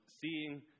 seeing